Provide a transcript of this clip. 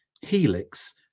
Helix